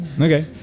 Okay